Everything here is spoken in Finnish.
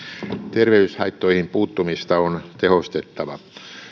terveyshaittoihin puuttumista on tehostettava